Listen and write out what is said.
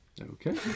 Okay